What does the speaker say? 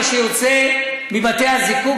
מה שיוצא מבתי-הזיקוק,